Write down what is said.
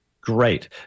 Great